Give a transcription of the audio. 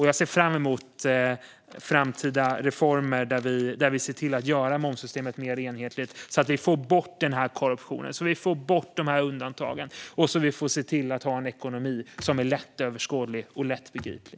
Jag ser fram emot framtida reformer där vi ser till att göra momssystemet mer enhetligt så att vi får bort den här korruptionen och undantagen och ser till att ha en ekonomi som är lättöverskådlig och lättbegriplig.